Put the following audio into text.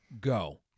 Go